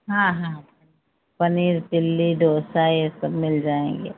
हाँ हाँ पनीर चिलीज़ डोसा यह सब मिल जाएँगे